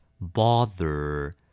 bother